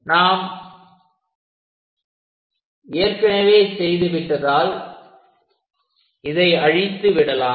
இதை நாம் ஏற்கனவே செய்து விட்டதால் இதை அழித்து விடலாம்